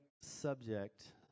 subject